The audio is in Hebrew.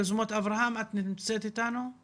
יוזמות אברהם, את נמצאת איתנו?